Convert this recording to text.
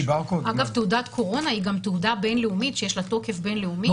אגב תעודת קורונה היא גם תעודה בינלאומית שיש לה תוקף בינלאומי.